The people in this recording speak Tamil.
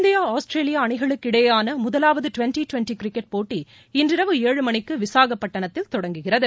இந்தியா ஆஸ்திரேலியா அணிகளுக்கு இடையேயான முதலாவது டுவெண்டி டுவெண்டி கிரிக்கெட் போட்டி இன்று இரவு ஏழுமணிக்கு விசாகப்பட்டினத்தில் தொடங்குகிறது